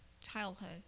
childhood